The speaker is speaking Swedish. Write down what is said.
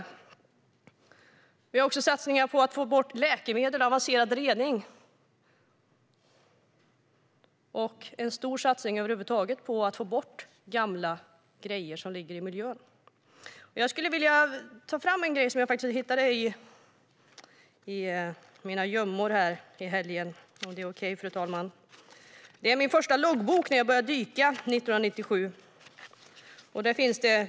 Det görs också en satsning på avancerad rening för att få bort läkemedel i miljön. Över huvud taget görs det en stor satsning för att få bort gamla grejer som ligger i miljön. Fru talman! I helgen hittade jag min gamla loggbok från när jag började dyka 1997.